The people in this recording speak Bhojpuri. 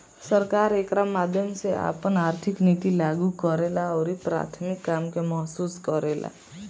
सरकार एकरा माध्यम से आपन आर्थिक निति लागू करेला अउरी प्राथमिक काम के महसूस करेला